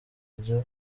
buryo